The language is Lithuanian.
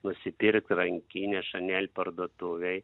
nusipirk rankinę chanel parduotuvėj